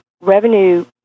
revenue